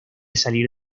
salir